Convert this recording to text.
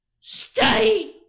Stay